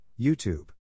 YouTube